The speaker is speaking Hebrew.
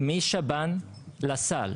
משב"ן לסל.